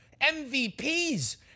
MVPs